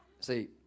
See